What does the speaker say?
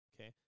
Okay